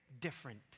different